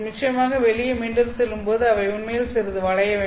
நிச்சயமாக வெளியே மீண்டும் செல்லும்போது அவை உண்மையில் சிறிது வளைய வேண்டும்